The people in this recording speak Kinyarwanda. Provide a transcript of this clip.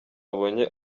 abonye